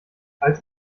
als